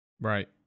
right